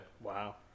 Wow